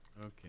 Okay